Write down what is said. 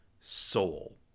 soul